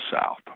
South